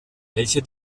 welcher